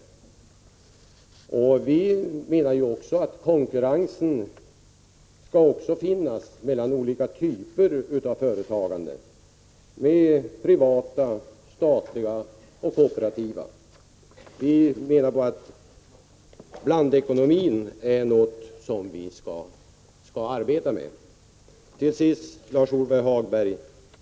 Men även vi menar 87 att det skall finnas konkurrens mellan olika typer av företagande. Det gäller såväl privata och statliga företag som kooperativa företag. Blandekonomin är enligt vår mening någonting som vi skall arbeta med. Till sist vill jag säga följande till Lars-Ove Hagberg.